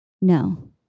No